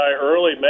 early